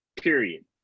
period